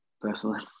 Personally